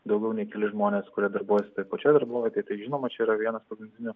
daugiau nei keli žmonės kurie darbuojasi toj pačioj darbovietėj tai žinoma čia yra vienas pagrindinių